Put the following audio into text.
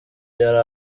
yari